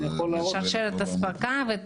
זה